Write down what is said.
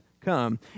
come